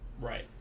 Right